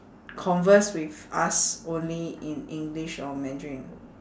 converse with us only in english or mandarin